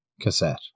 cassette